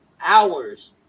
Hours